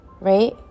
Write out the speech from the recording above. right